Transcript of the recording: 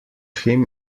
him